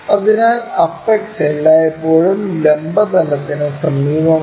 അതിനാൽ അപെക്സ് എല്ലായ്പ്പോഴും ലംബ തലത്തിന് സമീപമാണ്